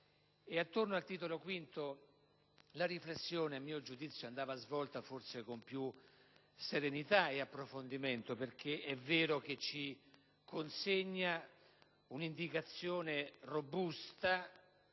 V. Attorno al Titolo V la riflessione, a mio giudizio, andava svolta forse con più serenità e approfondimento. È vero che ci consegna un'indicazione robusta